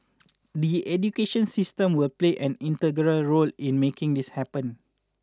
the education system will play an integral role in making this happen